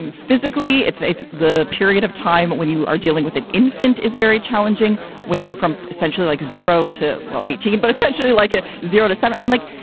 and physically, it's the period of time when you are dealing with an infant is very challenging when they're from essentially like zero to, well, eighteen, but especially like a zero to. so i mean, like.